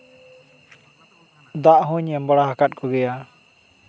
ᱫᱟᱜ ᱦᱩᱧ ᱮᱢ ᱵᱟᱲᱟ ᱟᱠᱟᱫ ᱠᱚᱜᱮᱭᱟ